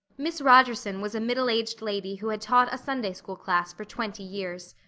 miss rogerson was a middle-aged lady who had taught a sunday-school class for twenty years.